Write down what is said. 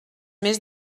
més